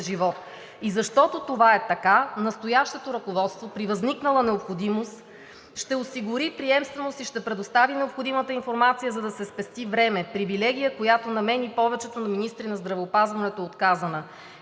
И защото това е така, настоящото ръководство при възникнала необходимост ще осигури приемственост и ще предостави необходимата информация, за да се спести време, привилегия, която на мен и повечето министри на здравеопазването е отказана.